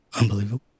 Unbelievable